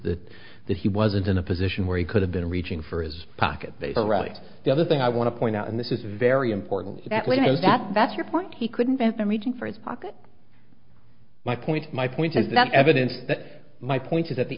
that that he wasn't in a position where he could have been reaching for his pocket they already the other thing i want to point out and this is very important that we know that that's your point he couldn't have been reaching for his pocket my point my point is that evidence that my point is that the